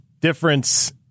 difference